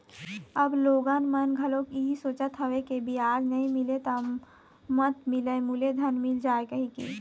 अब लोगन मन घलोक इहीं सोचत हवय के बियाज नइ मिलय त मत मिलय मूलेधन मिल जाय कहिके